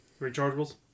Rechargeables